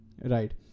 right